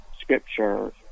Scripture